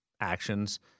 actions